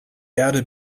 erde